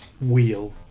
wheel